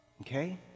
okay